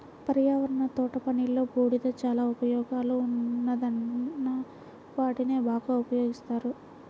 పర్యావరణ తోటపనిలో, బూడిద చాలా ఉపయోగాలు ఉన్నందున వాటిని బాగా ఉపయోగిస్తారు